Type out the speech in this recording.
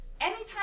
anytime